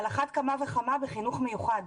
על אחת כמה וכמה, בחינוך מיוחד.